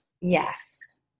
Yes